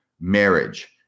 marriage